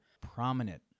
prominent